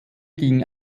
ging